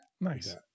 Nice